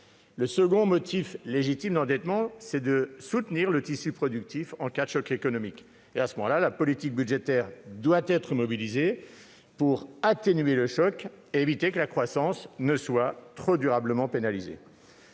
Le second motif légitime d'endettement, c'est de soutenir le tissu productif en cas de choc économique. La politique budgétaire doit alors être mobilisée pour atténuer ce choc et éviter que la croissance ne soit trop durablement pénalisée.